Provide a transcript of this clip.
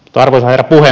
arvoisa herra puhemies